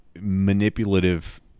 manipulative